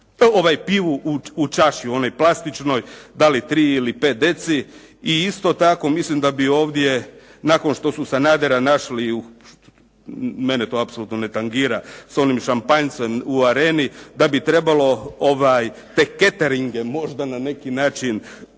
ovaj pivu u čaši u onoj plastičnoj, da li 3 ili 5 dcl. I isto tako mislim da bi ovdje nakon što su Sanadera našli i mene to apsolutno ne tangira sa onim šampanjcem u “Areni“, da bi trebalo te cateringe možda na neki način